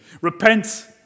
Repent